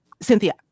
cynthia